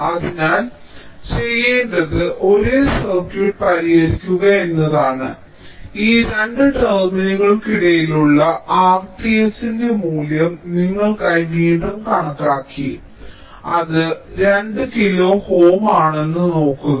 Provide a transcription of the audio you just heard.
അതിനാൽ ഞങ്ങൾ ചെയ്യേണ്ടത് ഒരേ സർക്യൂട്ട് പരിഹരിക്കുക എന്നതാണ് ഈ രണ്ട് ടെർമിനലുകൾക്കിടയിലുള്ള R t h ന്റെ മൂല്യം നിങ്ങൾക്കായി വീണ്ടും കണക്കാക്കി അത് 2 കിലോ Ω ആണെന്ന് നോക്കുക